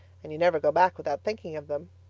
and you never go back without thinking of them.